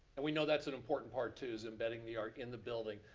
and we know that's an important part too, is embedding the art in the building.